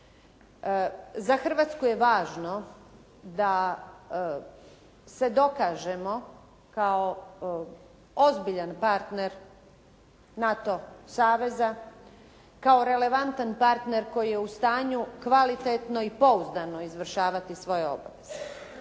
Za Hrvatsku je važno da se dokažemo kao ozbiljan partner NATO saveza, kao relevantan partner koji je u stanju kvalitetno i pouzdano izvršavati svoje obaveze.